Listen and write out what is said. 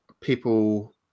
people